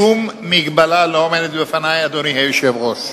שום מגבלה לא עומדת בפני, אדוני היושב-ראש.